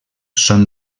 són